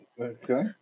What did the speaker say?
Okay